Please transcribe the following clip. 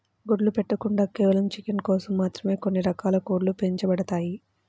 గుడ్లు పెట్టకుండా కేవలం చికెన్ కోసం మాత్రమే కొన్ని రకాల కోడ్లు పెంచబడతాయి